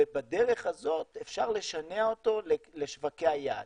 ובדרך הזאת אפשר לשנע אותו לשווקי היעד.